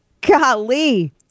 Golly